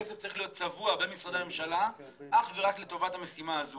הכסף צריך להיות צבוע במשרדי הממשלה אך ורק לטובת המשימה הזו